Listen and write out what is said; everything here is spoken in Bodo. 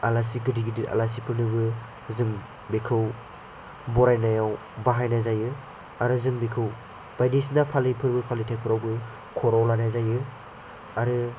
आलासि गिदिर गिदिर आलासिफोरनोबो जों बेखौ बरायनायाव बाहायनाय जायो आरो जों बेखौ बायदिसिना फोरबो फालिथायफोरावबो खर'आव लानाय जायो आरो